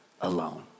alone